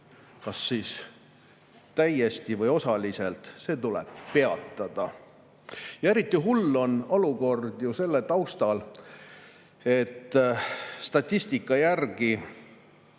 kas siis täiesti või osaliselt. See tuleb peatada. Eriti hull on olukord ju selle taustal, et statistika järgi